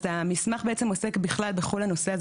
אז המסמך בעצם עוסק בכלל בכל הנושא הזה